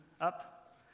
up